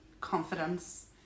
confidence